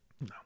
No